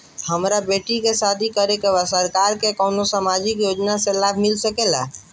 हमर बेटी के शादी करे के बा सरकार के कवन सामाजिक योजना से लाभ मिल सके ला?